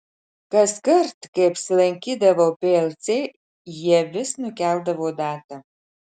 kaskart kai apsilankydavau plc jie vis nukeldavo datą